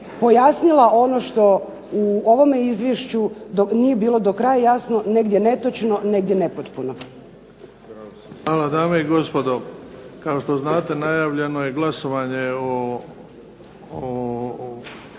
pojasnila ono što u ovome izvješću dok nije bilo do kraja jasno negdje netočno, negdje nepotpuno. **Bebić, Luka (HDZ)** Hvala. Dame i gospodo, kao što znate najavljeno je glasovanje o